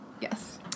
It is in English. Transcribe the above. Yes